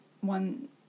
one